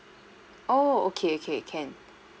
oh okay okay can